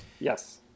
yes